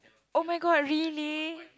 oh-my-god really